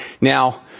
Now